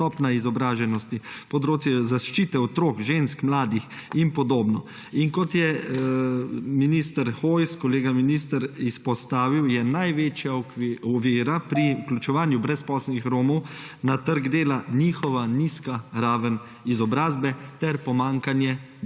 izobraženosti, področje zaščite otrok, žensk, mladih in podobno. In kot je kolega minister Hojs izpostavil, je največja ovira privključevanju brezposelnih Romov na trg dela njihova nizka raven izobrazbe ter pomanjkanje